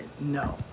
no